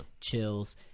Chills